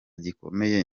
gikomeye